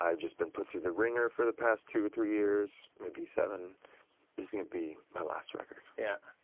um just been put through the ringer for the past two or three years, maybe seven, this is going to be my last record. yeah.